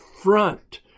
front